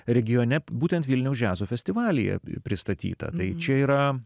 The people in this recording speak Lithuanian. regione būtent vilniaus džiazo festivalyje pristatyta tai čia yra